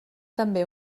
també